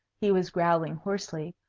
he was growling hoarsely,